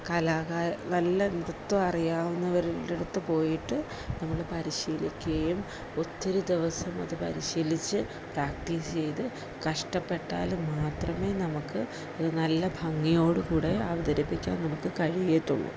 നല്ല നൃത്തം അറിയാവുന്നവരുടെയടുത്തു പോയിട്ട് നമ്മള് പരിശീലിക്കുകയും ഒത്തിരി ദിവസം അതു പരിശീലിച്ച് പ്രാക്ടീസിയ്ത് കഷ്ടപ്പെട്ടാല് മാത്രമേ നമുക്ക് അത് നല്ല ഭംഗിയോടുകൂടെ അവതരിപ്പിക്കാൻ നമുക്കു കഴിയത്തുള്ളൂ